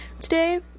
today